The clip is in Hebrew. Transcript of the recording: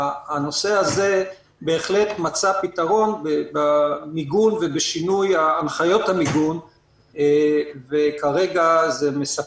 הנושא הזה בהחלט מצא פתרון במיגון ובשינוי הנחיות המיגון וכרגע זה מספק.